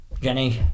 Jenny